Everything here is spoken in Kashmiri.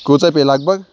کۭژاہ پے لَگ بَگ